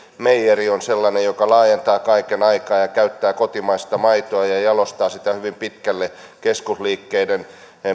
meijeri on sellainen joka laajentaa kaiken aikaa ja käyttää kotimaista maitoa ja ja jalostaa sitä hyvin pitkälle keskusliikkeiden